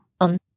On